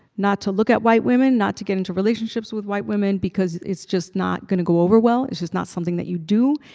not to look at white women, not to get into relationships with white women because it's just not going to go over well. it's just not something that you do.